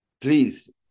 Please